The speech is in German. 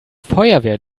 feuerwehr